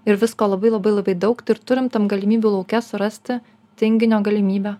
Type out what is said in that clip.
ir visko labai labai labai daug tai ir turim tam galimybių lauke surasti tinginio galimybę